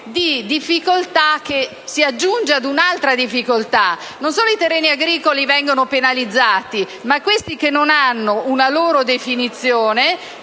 di difficoltà che si aggiunge ad un'altra difficoltà: non solo i terreni agricoli vengono penalizzati, ma questi che non hanno una loro definizione